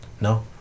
No